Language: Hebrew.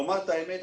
לומר את האמת,